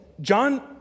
John